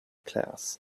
class